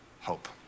hope